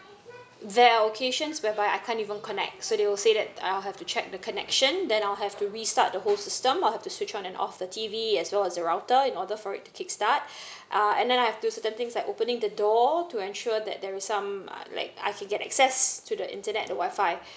there are location whereby I can't even connect so they will say that I'll have to check the connection then I'll have to restart the whole system I'll have to switch on and off the T_V as well as the router in order for it to kick start uh and then I have to certain things like opening the door to ensure that there is some like I can get access to the internet Wi-Fi